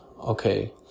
okay